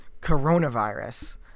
coronavirus